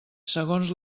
segons